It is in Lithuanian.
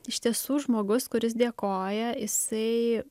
iš tiesų žmogus kuris dėkoja jisai